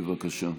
בבקשה.